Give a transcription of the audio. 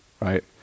Right